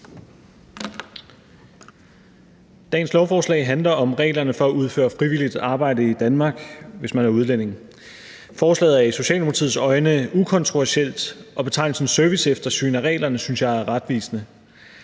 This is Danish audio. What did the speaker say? Dagens lovforslag handler om reglerne for at udføre frivilligt arbejde i Danmark, hvis man er udlænding. Forslaget er i Socialdemokratiets øjne ukontroversielt, og betegnelsen serviceeftersyn af reglerne synes jeg er retvisende.